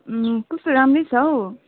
कस्तो राम्रै छौ